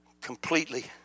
completely